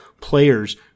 players